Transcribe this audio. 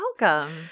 welcome